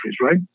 right